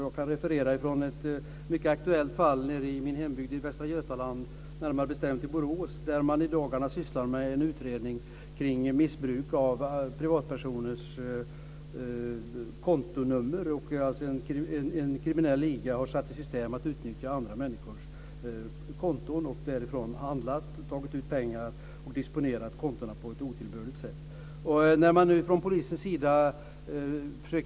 Jag kan referera från ett mycket aktuellt fall nere i min hembygd i Västra Götaland, närmare bestämt i Borås. I dagarna sysslar man med en utredning kring missbruk av privatpersoners kontonummer. En kriminell liga har alltså satt i system att utnyttja andra människors konton, handlat från dem, tagit ut pengar från dem och disponerat dem på ett otillbörligt sätt. Nu försöker då polisen ingripa i det här.